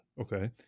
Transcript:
okay